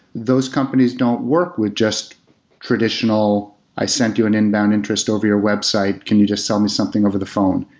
those companies don't work with just traditional, i sent you an inbound interest over your website. can you just sell me something over the phone?